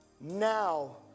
Now